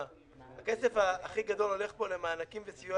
הכסף הכי גדול הולך פה למענקים לסיוע